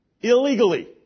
illegally